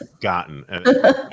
gotten